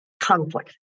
Conflict